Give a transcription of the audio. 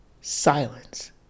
Silence